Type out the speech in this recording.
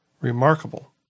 Remarkable